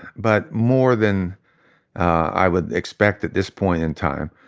but more than i would expect at this point in time.